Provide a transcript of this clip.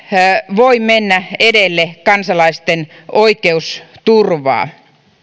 voi mennä edelle kansalaisten oikeusturvaa